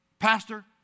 Pastor